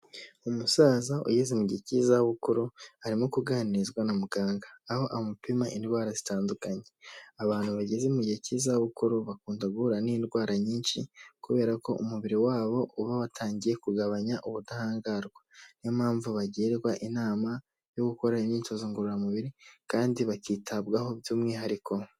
Umusaza ugezeze mu gihe cy'izabukuru arimo kuganirizwa na muganga, aho amupima indwara zitandukanye. Abantu bageze mu gihe cy'izabukuru bakunda guhura n'indwara nyinshi kubera ko umubiri wabo uba watangiye kugabanya ubudahangarwa. Ni yo mpamvu bagirwa inama yo gukora imyitozo ngororamubiri kandi bakitabwaho by'umwihariko.